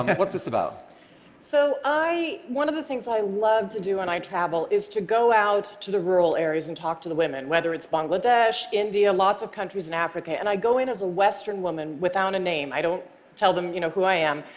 what's this about? mg so i, one of the things i love to do when and i travel is to go out to the rural areas and talk to the women, whether it's bangladesh, india, lots of countries in africa, and i go in as a western woman without a name. i don't tell them you know who i am.